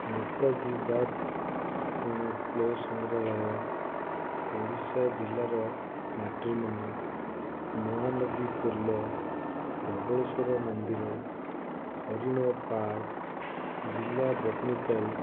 Netaji birth place ସଂଗ୍ରାଳୟ ଓଡ଼ିଶା ଜିଲ୍ଲାର ମାଟ୍ରିମୋନି ମହାନଦୀ ପୋଲୋ ଧବଳେଶ୍ୱର ମନ୍ଦିର ହରିଣ ପାର୍କ ଜିଲ୍ଲା ବଟନିକାଲ୍